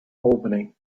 albany